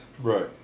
Right